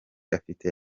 afite